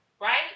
right